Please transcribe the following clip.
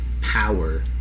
power